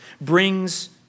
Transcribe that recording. brings